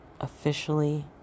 officially